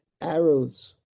arrows